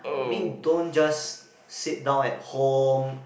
I mean don't just sit down at home